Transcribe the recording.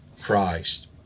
Christ